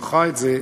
שערכה אותו,